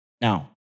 Now